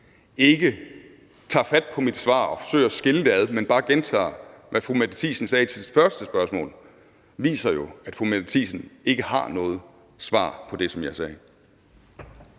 ikke tager fat på mit svar og forsøger at skille det ad, men bare gentager, hvad fru Mette Thiesen sagde i sit første spørgsmål, viser jo, at fru Mette Thiesen ikke har noget svar på det, som jeg sagde.